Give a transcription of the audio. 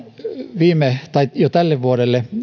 tekeminen toivottavasti saadaan käyntiin metso ohjelman jo tälle vuodelle